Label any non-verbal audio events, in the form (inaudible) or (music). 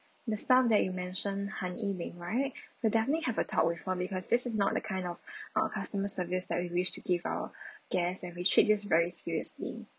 the staff that you mentioned han yi ling right (breath) we definitely have a talk with her because this is not the kind of (breath) uh customer service that we wish to give our (breath) guest and we treat this very seriously